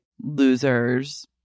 losers